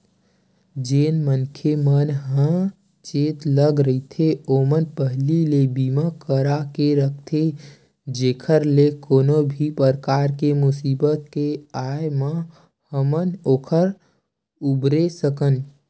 जेन मनखे मन ह चेतलग रहिथे ओमन पहिली ले बीमा करा के रखथे जेखर ले कोनो भी परकार के मुसीबत के आय म हमन ओखर उबरे सकन